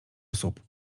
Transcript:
osób